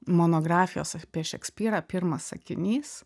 monografijos apie šekspyrą pirmas sakinys